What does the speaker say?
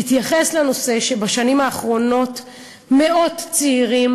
תתייחס לזה שבשנים האחרונות מאות צעירים